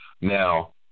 Now